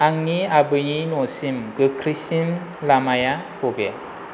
आंनि आबैनि न'सिम गोख्रैसिन लामाया बबे